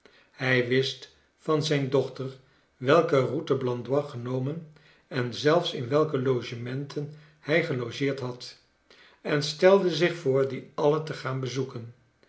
hij wist van zijn dochter welke route blandois genomen en zelfs in welke logementen hij gelogeerd had en stelde zich voor die alle te gaan bezoeken